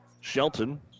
Shelton